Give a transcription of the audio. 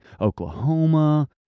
Oklahoma